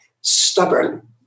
stubborn